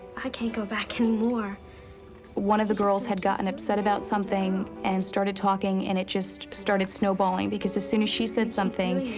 i can't go back anymore. one of the girls had gotten upset about something and started talking. and it just started snowballing because as soon as she said something,